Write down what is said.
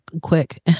quick